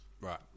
Right